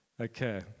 Okay